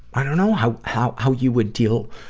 i dunno how, how how you would deal,